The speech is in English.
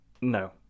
no